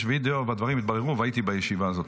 יש וידיאו, והדברים יתבררו, והייתי בישיבה הזאת.